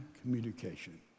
communication